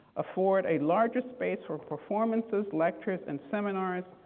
afford a larger space for performances, lectures, and seminars,